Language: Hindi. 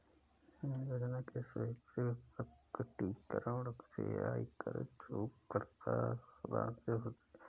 आय योजना के स्वैच्छिक प्रकटीकरण से आयकर चूककर्ता लाभान्वित होते हैं